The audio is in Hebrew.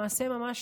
למעשה ממש